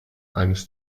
eines